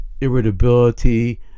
irritability